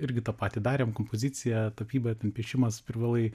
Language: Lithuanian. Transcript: irgi tą patį darėm kompoziciją tapybaten piešimas privalai